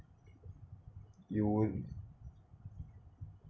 you would